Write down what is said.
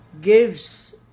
gives